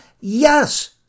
yes